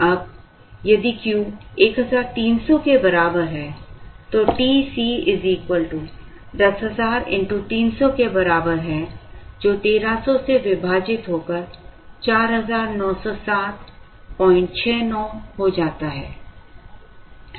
अब यदि Q 1300 के बराबर है तो TC 10000 x 300 के बराबर है जो 1300 से विभाजित होकर 490769 हो जाता है